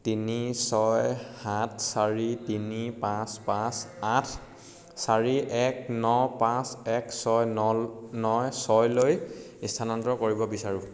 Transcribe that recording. তিনি ছয় সাত চাৰি তিনি পাঁচ পাঁচ আঠ চাৰি এক ন পাঁচ এক ছয় ন নয় ছয়লৈ স্থানান্তৰ কৰিব বিচাৰোঁ